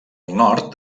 nord